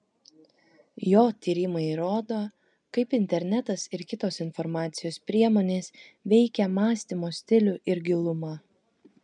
jo tyrimai įrodo kaip internetas ir kitos informacijos priemonės veikią mąstymo stilių ir gilumą